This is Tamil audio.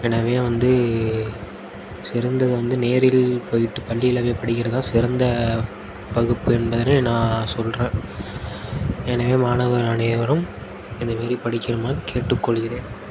எனவே வந்து சிறந்தது வந்து நேரில் போயிட்டு பள்ளியில் போய் படிக்கிறதுதான் சிறந்த பகுப்பு என்பதனை நான் சொல்கிறேன் எனவே மாணவர்கள் அனைவரும் இந்தமாரி படிக்கணுமாறு கேட்டுக்கொள்ளுகிறேன்